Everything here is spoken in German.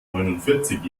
neunundvierzig